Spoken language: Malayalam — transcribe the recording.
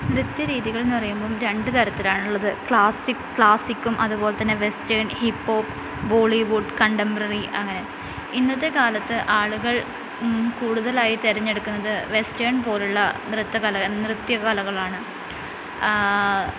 നൃത്ത്യ രീതികൾ എന്നു പറയുമ്പം രണ്ട് തരത്തിലാണ് ഉള്ളത് ക്ലാസ്സിക്കും അതുപോലെതന്നെ വെസ്റ്റേൺ ഹിപ്ഹോപ്പ് ബോളിവുഡ് കണ്ടംബററി അങ്ങനെ ഇന്നത്തെ കാലത്ത് ആളുകൾ കൂടുതലായി തിരഞ്ഞെടുക്കുന്നത് വെസ്റ്റേൺ പോലുള്ള നൃത്ത കല നൃത്ത്യ കലകളാണ്